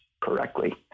correctly